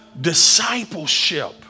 discipleship